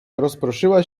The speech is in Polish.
rozproszyła